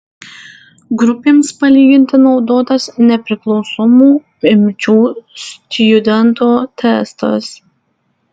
grupėms palyginti naudotas nepriklausomų imčių stjudento testas